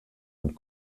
und